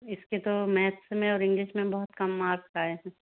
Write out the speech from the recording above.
इसके तो मैथ्स में और इंग्लिश में बहुत कम मार्क्स आए हैं